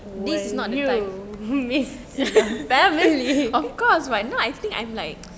this is not you who can't believe